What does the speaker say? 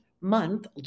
month